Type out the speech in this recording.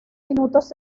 minutos